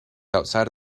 outside